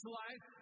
life